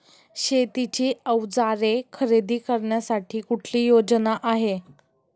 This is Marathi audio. शेतीची अवजारे खरेदी करण्यासाठी कुठली योजना आहे?